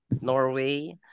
Norway